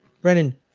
Brennan